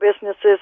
businesses